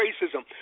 racism